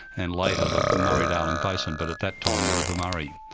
and later the murray-darling basin, but at that time the river murray.